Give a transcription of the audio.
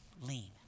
lean